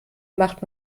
macht